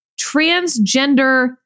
transgender